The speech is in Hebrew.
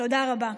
תודה רבה.